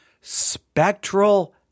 spectral